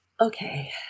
Okay